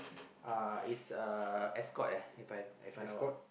uh is a escorts uh If I If I know lah